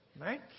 Right